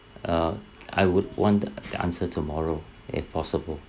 uh I would want the the answer tomorrow if possible